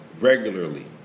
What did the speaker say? regularly